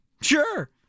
Sure